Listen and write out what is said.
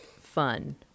fun